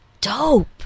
dope